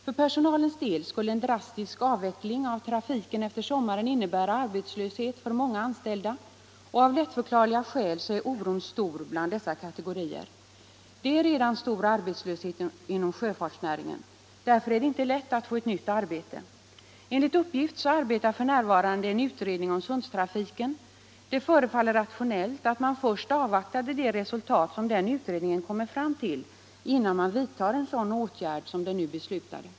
För personalens del skulle en drastisk avveckling av trafiken efter sommaren innebära arbetslöshet för många anställda, och av lättförklarliga skäl är oron stor bland dessa kategorier. Det råder redan stor arbetslöshet inom sjöfartsnäringen. Därför är det inte lätt att få ett nytt arbete. Enligt uppgift arbetar f.n. en utredning om Sundstrafiken. Det förefaller rationellt att först avvakta det resultat som den utredningen kommer fram till innan man vidtar en sådan åtgärd som den nu beslutade.